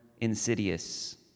insidious